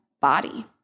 body